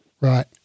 Right